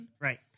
Right